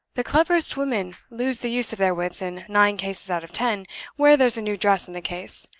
the cleverest women lose the use of their wits in nine cases out of ten where there's a new dress in the case,